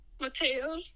Mateo